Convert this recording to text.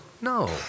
No